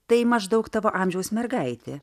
tai maždaug tavo amžiaus mergaitė